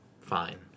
fine